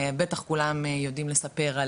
בטח כולם יודעים לספר,